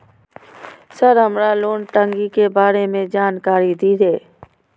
Sir हमरा loan टंगी के बारे में जान कारी धीरे?